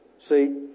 See